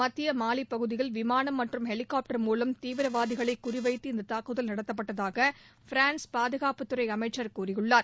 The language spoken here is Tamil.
மத்திய மாலிப் பகுதியில் விமானம் மற்றும் ஹெலிகாப்டர் மூலம் தீவிரவாதிகளை குறிவைத்து இந்த தாக்குதல் நடத்தப்பட்டதாக பிரான்ஸ் பாதுகா்பபுத்துறை அமைச்சா் கூறியுள்ளார்